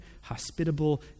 hospitable